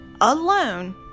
alone